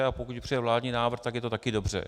A pokud přijde vládní návrh, tak je to taky dobře.